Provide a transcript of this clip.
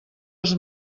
els